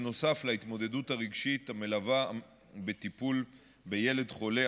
נוסף על ההתמודדות הרגשית המלווה את הטיפול בילד חולה,